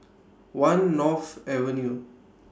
one North Avenue